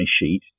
sheet